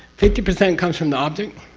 fifty percent comes from the object,